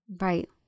Right